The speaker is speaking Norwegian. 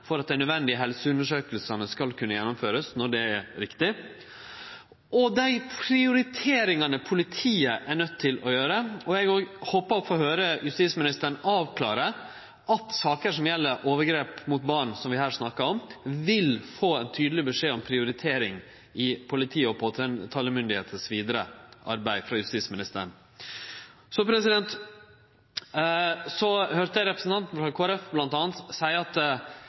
for om dei naudsynte helseundersøkingane vil kunne gjennomførast når det er riktig, og for dei prioriteringane politiet er nøydd til å gjere. Eg håpar å få høyre justisministaren avklare at ein i saker som gjeld overgrep mot barn, som vi her snakkar om, vil få ein tydeleg beskjed om prioritering i arbeidet – det gjeld politi, påtalemyndigheit osv. – frå justisministeren. Eg høyrde representanten frå Kristeleg Folkeparti m.a. seie at